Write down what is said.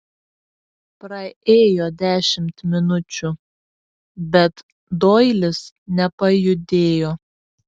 praėjo dešimt minučių bet doilis nepajudėjo